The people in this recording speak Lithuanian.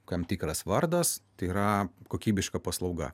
tam tikras vardas tai yra kokybiška paslauga